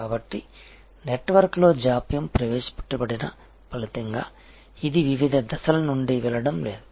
కాబట్టి నెట్వర్క్లో జాప్యం ప్రవేశపెట్టబడిన ఫలితంగా ఇది వివిధ దశల నుండి వెళ్లడం లేదు